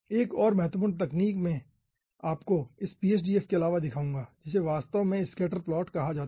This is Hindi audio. एक और महत्वपूर्ण तकनीक मैं आपको इस PSDF के अलावा दिखाऊंगा जिसे वास्तव में स्कैटर प्लॉट कहा जाता है